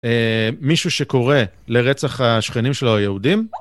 מישהו שקורא לרצח השכנים שלו היהודים?